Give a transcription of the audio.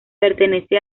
pertenece